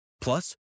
plus